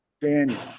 daniel